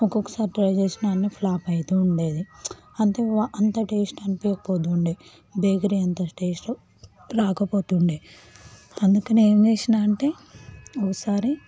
ఒకొక్కసారి ట్రై చేసినా అన్నీ ఫ్లాప్ అవుతూ ఉండేది అంతే అంత టేస్ట్ అనిపించకపోతుండే బేకరీ అంత టేస్ట్ రాకపోతుండే అందుకనే ఏం చేసినా అంటే ఓసారి